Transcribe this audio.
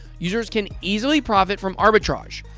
users can easily profit from arbitrage.